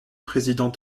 président